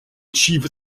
achieve